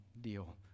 deal